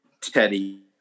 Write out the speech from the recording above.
Teddy